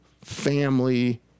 family